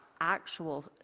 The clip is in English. actual